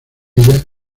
ella